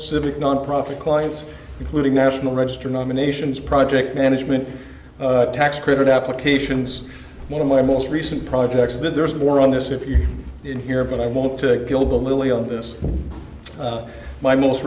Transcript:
civic nonprofit clients including national register nominations project management tax credit applications one of my most recent projects that there's more on this if you're in here but i want to kill bill lilly on this my most